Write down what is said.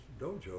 dojo